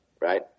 right